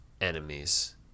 enemies